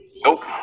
Nope